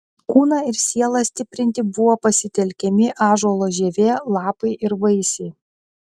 kūną ir sielą stiprinti buvo pasitelkiami ąžuolo žievė lapai ir vaisiai